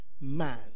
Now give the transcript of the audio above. man